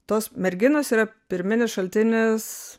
tos merginos yra pirminis šaltinis